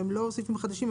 הם לא סעיפים חדשים,